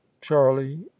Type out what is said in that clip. charlie